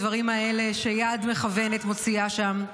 הדברים האלה שיד מכוונת מוציאה שם.